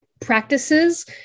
practices